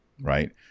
right